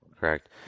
Correct